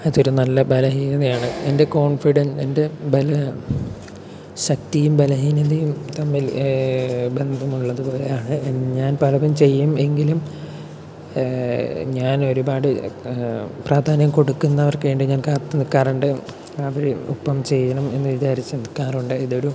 അതൊരു നല്ല ബലഹീനതയാണ് എൻ്റെ കോൺഫിഡന്റ് എൻ്റെ ബല ശക്തിയും ബലഹീനതയും തമ്മിൽ ബന്ധമുള്ളത് പോലെയാണ് ഞാൻ പലതും ചെയ്യും എങ്കിലും ഞാൻ ഒരുപാട് പ്രാധാന്യം കൊടുക്കുന്നവർക്ക് വേണ്ടി ഞാൻ കാത്ത് നിൽക്കാറുണ്ട് അവര് ഒപ്പം ചെയ്യണം എന്ന് വിചാരിച്ച് നിൽക്കാറുണ്ട് ഇതൊരു